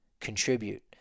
contribute